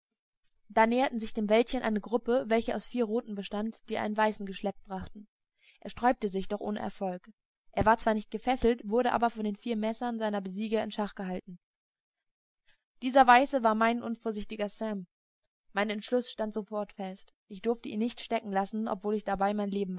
da näherte sich dem wäldchen eine gruppe welche aus vier roten bestand die einen weißen geschleppt brachten er sträubte sich doch ohne erfolg er war zwar nicht gefesselt wurde aber von den vier messern seiner besieger in schach gehalten dieser weiße war mein unvorsichtiger sam mein entschluß stand sofort fest ich durfte ihn nicht stecken lassen obwohl ich dabei mein leben